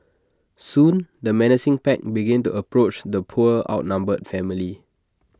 soon the menacing pack began to approach the poor outnumbered family